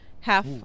half